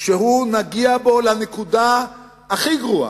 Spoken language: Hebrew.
שנגיע בו לנקודה הכי גרועה: